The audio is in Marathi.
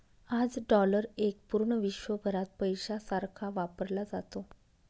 आज डॉलर एक पूर्ण विश्वभरात पैशासारखा वापरला जातो